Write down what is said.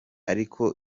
ariko